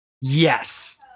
Yes